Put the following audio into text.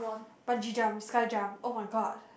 bungee jumps sky jump oh-my-god